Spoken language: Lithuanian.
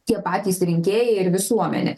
tie patys rinkėjai ir visuomenė